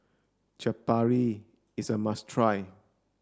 Chaat Papri is a must try